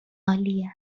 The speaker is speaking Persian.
عالیه